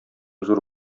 зур